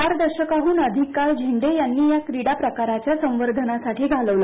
चार दशकाहून अधिक काळ झेंडे यांनी या क्रीडा प्रकाराच्या संवर्धनासाठी घालवला